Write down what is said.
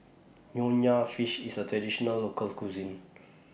Nonya Fish IS A Traditional Local Cuisine